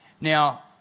Now